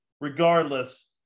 Regardless